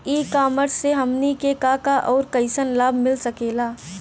ई कॉमर्स से हमनी के का का अउर कइसन लाभ मिल सकेला?